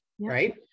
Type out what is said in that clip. right